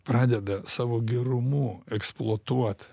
pradeda savo gerumu eksploatuot